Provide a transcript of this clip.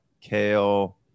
kale